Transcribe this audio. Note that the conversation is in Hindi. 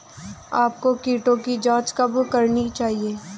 आपको कीटों की जांच कब करनी चाहिए?